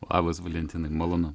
labas valentinai malonu